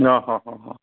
অঁ